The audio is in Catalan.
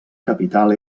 capital